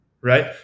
right